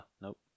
nope